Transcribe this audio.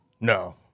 No